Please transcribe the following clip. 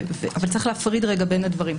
אבל צריך להפריד רגע בין הדברים.